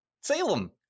Salem